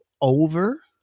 over